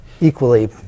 Equally